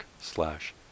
slash